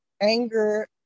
anger